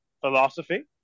philosophy